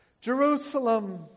Jerusalem